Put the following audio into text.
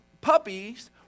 puppies